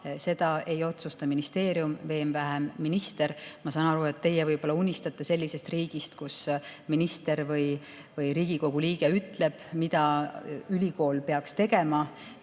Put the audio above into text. Seda ei otsusta ministeerium, veel vähem minister. Ma saan aru, et te unistate sellisest riigist, kus minister või Riigikogu liige ütleb, mida ülikool peaks tegema.